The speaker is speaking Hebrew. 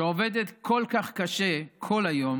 שעובדת כל כך קשה כל היום